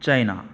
China